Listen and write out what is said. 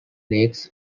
lakes